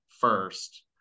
first